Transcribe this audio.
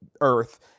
Earth